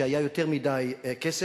שהיה בו יותר מדי כסף,